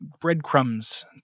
breadcrumbs